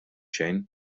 xejn